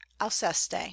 alceste